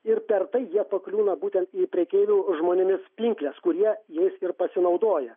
ir per tai jie pakliūna būtent į prekeivių žmonėmis pinkles kurie jais ir pasinaudoja